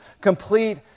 complete